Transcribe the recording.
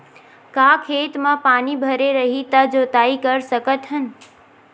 का खेत म पानी भरे रही त जोताई कर सकत हन?